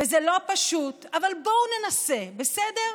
וזה לא פשוט, אבל בואו ננסה, בסדר?